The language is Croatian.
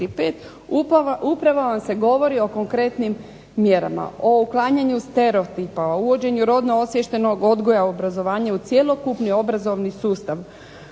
35 upravo vam se govori o konkretnim mjerama o uklanjanju stereotipa, uvođenju rodno osviještenog odgoja i obrazovanja u cjelokupni obrazovni sustav.